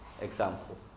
example